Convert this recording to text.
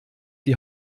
die